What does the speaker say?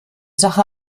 sache